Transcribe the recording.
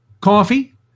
coffee